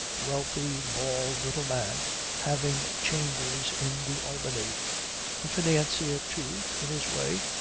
wealthy, bald little man having chambers in the albany a financier too, in his way,